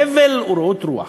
הבל ורעות רוח.